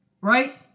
right